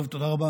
טוב, תודה רבה.